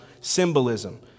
symbolism